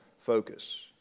focus